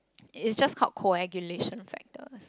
it's just called coagulation factor